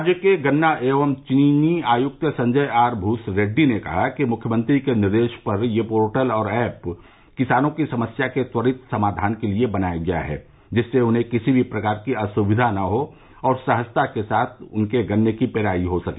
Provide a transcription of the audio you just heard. राज्य के गन्ना एवं चीनी आयुक्त संजय आरभूस रेड्डी ने बताया कि मुख्यमंत्री के निर्देश पर यह पोर्टल और एप किसानों की समस्या के त्वरित समाधान के लिये बनाया गया है जिससे उन्हें किसी भी प्रकार की असुविधा न हो और सहजता के साथ उनके गन्ने की पेराई हो सके